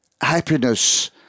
happiness